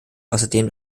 außerdem